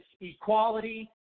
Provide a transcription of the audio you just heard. equality